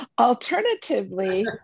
Alternatively